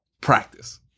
practice